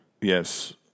Yes